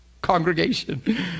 congregation